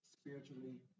spiritually